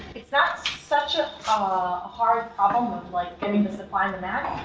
it's not such a ah hard problem like getting the supply and demand,